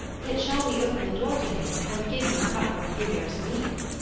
yet shall we open the door to him and give him a cup of gymer's mead,